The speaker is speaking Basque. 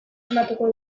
bermatuko